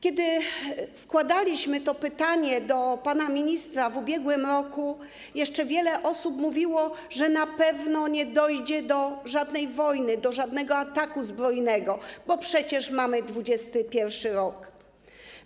Kiedy składaliśmy to pytanie do pana ministra w ubiegłym tygodniu, jeszcze wiele osób mówiło, że na pewno nie dojdzie do żadnej wojny, do żadnego ataku zbrojnego, bo przecież mamy 2022 r.